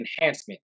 enhancement